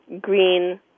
green